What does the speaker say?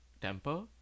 temper